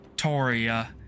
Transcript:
Victoria